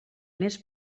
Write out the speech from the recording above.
més